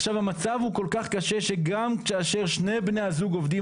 עכשיו המצב הוא כל כך קשה שגם כאשר שני בני הזוג עובדים,